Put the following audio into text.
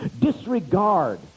disregard